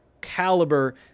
caliber